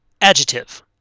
adjective